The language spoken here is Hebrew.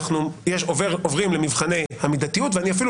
עוברים למבחני המידתיות ואני אפילו